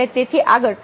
અને તેથી આગળ